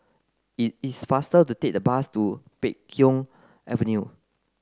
it is faster to take the bus to Pheng Avenue